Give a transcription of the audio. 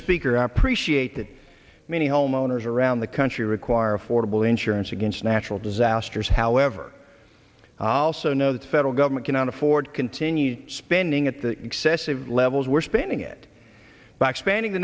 speaker i appreciate that many homeowners around the country require affordable insurance against natural disasters however i also know that the federal government cannot afford continued spending at the excessive levels we're spending it back spending the